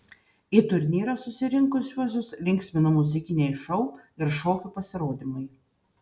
į turnyrą susirinkusiuosius linksmino muzikiniai šou ir šokių pasirodymai